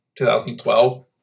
2012